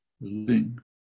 living